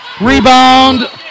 Rebound